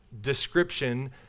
description